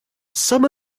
some